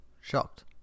Shocked